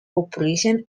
operation